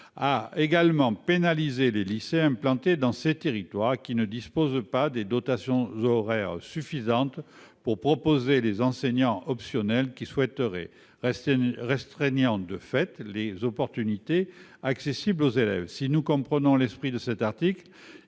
a également pénalisé les lycées implantés dans ces territoires, qui ne disposent pas des dotations horaires suffisantes pour proposer aux élèves les enseignements optionnels qu'ils souhaiteraient, restreignant, de fait, les possibilités qui leur sont offertes. Si nous comprenons l'esprit de cet article,